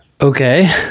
okay